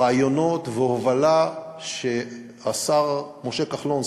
רעיונות שהשר משה כחלון,